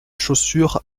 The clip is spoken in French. chaussures